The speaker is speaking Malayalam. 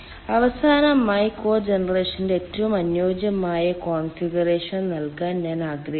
അവസാനമായി കോജനറേഷന്റെ ഏറ്റവും അനുയോജ്യമായ കോൺഫിഗറേഷൻ നൽകാൻ ഞാൻ ആഗ്രഹിക്കുന്നു